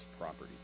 property